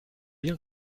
bien